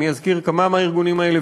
אני אזכיר כמה מהארגונים האלה,